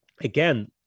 again